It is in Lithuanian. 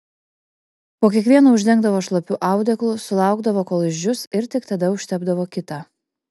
po kiekvieno uždengdavo šlapiu audeklu sulaukdavo kol išdžius ir tik tada užtepdavo kitą